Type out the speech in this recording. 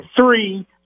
Three